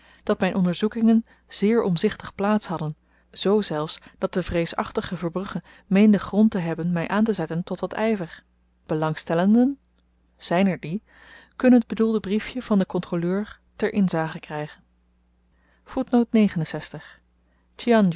dat myn onderzoekingen zeer omzichtig plaats hadden z zelfs dat de vreesachtige verbrugge meende grond te hebben my aantezetten tot wat yver belangstellenden zyn er die kunnen t bedoelde briefje van den kontroleur ter inzage krygen